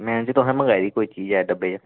madam ji तुसे मगाई दी कोई चीज डव्वे च